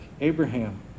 Abraham